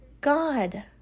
God